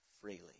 Freely